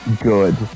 Good